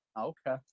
Okay